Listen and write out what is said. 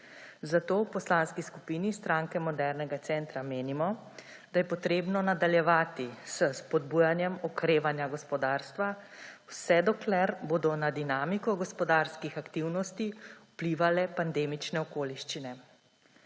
Zato v Poslanski skupini Stranke modernega centra menimo, da je potrebno nadaljevati s spodbujanjem okrevanja gospodarstva, vse dokler bodo na dinamiko gospodarskih aktivnosti vplivale pandemične okoliščine.